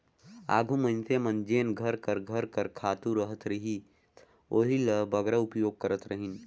आघु मइनसे मन जेन घर कर घर कर खातू रहत रहिस ओही ल बगरा उपयोग करत रहिन